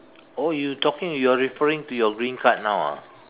oh you talking you are referring to your green card now ah